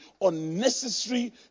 unnecessary